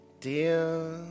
dear